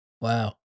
wow